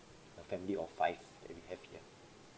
a family of five that we have here